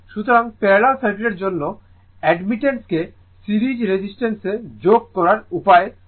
সুতরাং প্যারালাল সার্কিটের জন্য অ্যাডমিটেন্সকে সিরিজে রেজিস্টেন্স যোগ করার উপায় যুক্ত করতে হবে